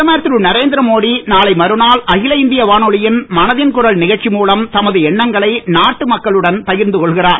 பிரதமர் திருநரேந்திர மோடி நாளை மறுநாள் அகில இந்திய வானொலியின் மனதின் குரல் நிகழ்ச்சி மூலம் தமது எண்ணங்களை நாட்டு மக்களுடன் பகிர்ந்து கொள்கிறார்